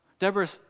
Deborah's